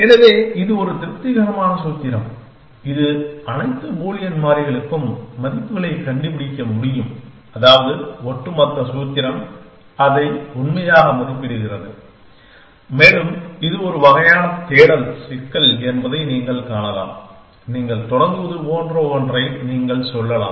எனவே இது ஒரு திருப்தியான சூத்திரம் இது அனைத்து பூலியன் மாறிகளுக்கும் மதிப்புகளைக் கண்டுபிடிக்க முடியும் அதாவது ஒட்டுமொத்த சூத்திரம் அதை உண்மையாக மதிப்பிடுகிறது மேலும் இது ஒரு வகையான தேடல் சிக்கல் என்பதை நீங்கள் காணலாம் நீங்கள் தொடங்குவது போன்ற ஒன்றை நீங்கள் சொல்லலாம்